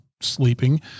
sleeping